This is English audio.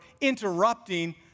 interrupting